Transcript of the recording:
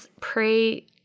pray